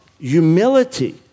humility